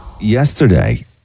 Yesterday